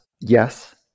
yes